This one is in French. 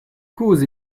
causes